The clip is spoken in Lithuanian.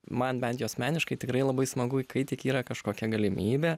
man bent jau asmeniškai tikrai labai smagu kai tik yra kažkokia galimybė